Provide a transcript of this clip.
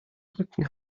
rücken